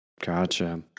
Gotcha